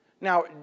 Now